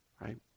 right